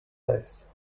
days